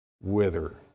wither